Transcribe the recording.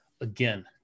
Again